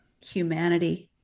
humanity